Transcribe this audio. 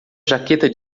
jaqueta